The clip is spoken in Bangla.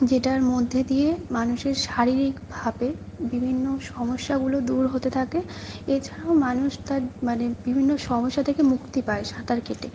যেটার মধ্যে দিয়ে মানুষের শারীরিকভাবে বিভিন্ন সমস্যাগুলো দূর হতে থাকে এছাড়াও মানুষ তার মানে বিভিন্ন সমস্যা থেকে মুক্তি পায় সাঁতার কেটে